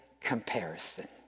comparison